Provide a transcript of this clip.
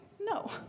No